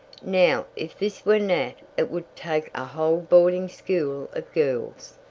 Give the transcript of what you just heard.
now if this were nat it would take a whole boarding school of girls.